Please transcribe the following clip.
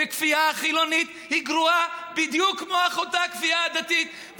וכפייה חילונית היא גרועה בדיוק כמו אחותה הכפייה הדתית.